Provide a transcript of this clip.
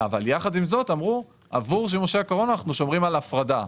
ויחד עם זאת אמרו: עבור שימושי הקורונה אנו שומרים על הפרדה.